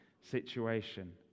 situation